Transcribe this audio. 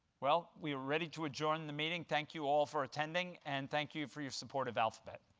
well, we are ready to adjourn the meeting. thank you all for attending, and thank you for your support of alphabet.